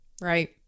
Right